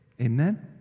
Amen